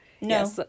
no